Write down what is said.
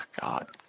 God